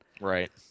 Right